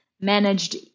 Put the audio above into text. managed